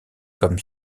comme